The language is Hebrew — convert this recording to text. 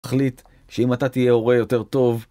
תחליט שאם אתה תהיה הורי יותר טוב...